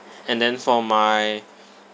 and then for my